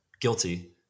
guilty